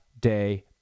day